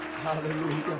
Hallelujah